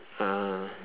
ah